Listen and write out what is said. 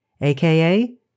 AKA